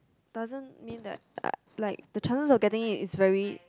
doesn't mean that like the chances of getting in is very